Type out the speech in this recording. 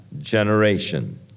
generation